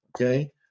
Okay